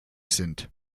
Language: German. sind